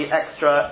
extra